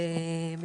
אני